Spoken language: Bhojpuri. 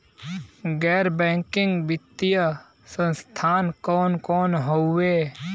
गैर बैकिंग वित्तीय संस्थान कौन कौन हउवे?